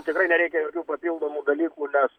tikrai nereikia papildomų dalykų nes